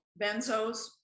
benzos